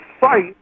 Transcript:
fight